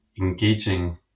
engaging